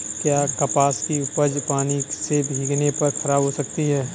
क्या कपास की उपज पानी से भीगने पर खराब हो सकती है?